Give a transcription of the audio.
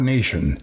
Nation